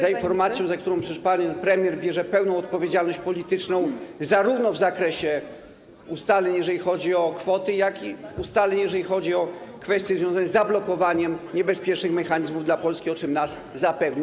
Za informacją, za którą przecież pan premier bierze pełną odpowiedzialność polityczną zarówno w zakresie ustaleń, jeżeli chodzi o kwoty, jak i ustaleń, jeżeli chodzi o kwestie związane z zablokowaniem niebezpiecznych mechanizmów dla Polski, o czym nas zapewnił.